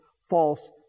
false